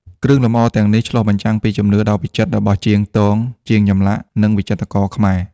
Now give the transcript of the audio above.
គ្រឿងលម្អទាំងនេះឆ្លុះបញ្ចាំងពីជំនាញដ៏វិចិត្ររបស់ជាងទង ជាងចម្លាក់ និងវិចិត្រករខ្មែរ។